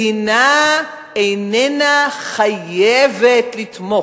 מדינה איננה חייבת לתמוך,